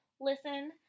Listen